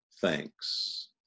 thanks